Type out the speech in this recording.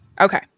Okay